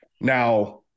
Now